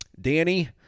Danny